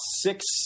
six